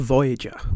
Voyager